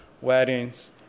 weddings